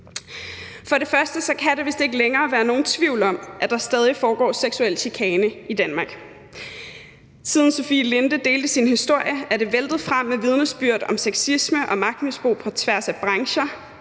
For det første kan der vist ikke længere være nogen tvivl om, at der stadig foregår seksuel chikane i Danmark. Siden Sofie Linde delte sin historie, er det væltet frem med vidnesbyrd om sexisme og magtmisbrug på tværs af brancher,